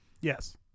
Yes